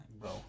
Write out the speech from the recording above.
Bro